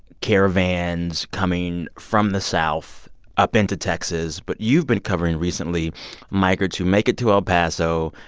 caravans coming from the south up into texas, but you've been covering recently migrants who make it to el paso,